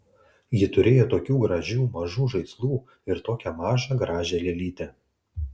ji turėjo tokių gražių mažų žaislų ir tokią mažą gražią lėlytę